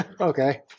Okay